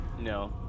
No